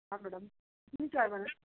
हाँ मैडम दूसरी चाय बनाएं